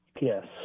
Yes